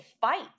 fight